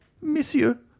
Monsieur